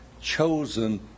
chosen